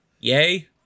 Yay